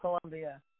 Colombia